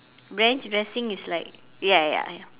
ranch dressing is like ya ya ya